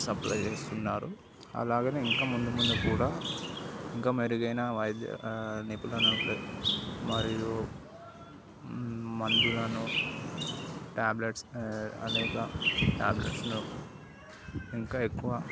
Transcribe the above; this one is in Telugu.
సప్లయ్ చేస్తున్నారు అలాగని ఇంకా ముందు ముందు కూడా ఇంకా మెరుగైన వైద్య నిపుణలను మరియు మందులను ట్యాబ్లెట్స్ అనేక ట్యాబ్లెట్స్ను ఇంకా ఎక్కువ